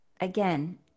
again